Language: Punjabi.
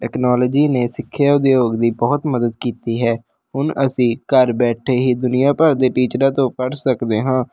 ਟੈਨੋਲਜੀ ਨੇ ਸਿੱਖਿਆ ਉਦਯੋਗ ਦੀ ਬਹੁਤ ਮਦਦ ਕੀਤੀ ਹੈ ਹੁਣ ਅਸੀਂ ਘਰ ਬੈਠੇ ਹੀ ਦੁਨੀਆ ਭਰ ਦੇ ਟੀਚਰਾਂ ਤੋਂ ਪੜ੍ਹ ਸਕਦੇ ਹਾਂ